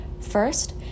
First